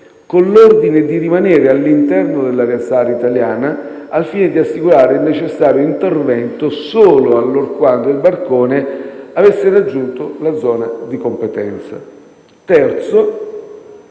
con l'ordine di rimanere all'interno dell'area SAR italiana, al fine di assicurare il necessario intervento solo allorquando il barcone avesse raggiunto la zona di competenza. Terzo: